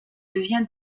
devient